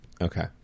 okay